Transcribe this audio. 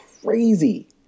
crazy